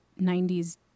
90s